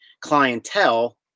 clientele